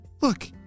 Look